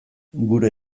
gure